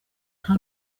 nta